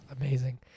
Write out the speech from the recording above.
Amazing